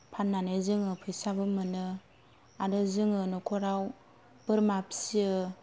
फाननानै जोङो फैसाबो मोनो आरो जोङो न'खराव बोरमा फियो